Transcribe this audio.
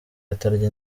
atarya